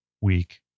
week